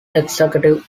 executive